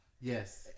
Yes